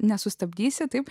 nesustabdysi taip